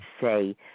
say